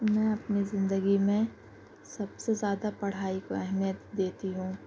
میں اپنے زندگی میں سب سے زیادہ پڑھائی کو اہمیت دیتی ہوں